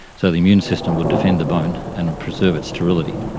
so the immune system would defend the bone and preserve its sterility.